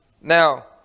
Now